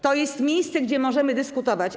To jest miejsce, gdzie możemy dyskutować.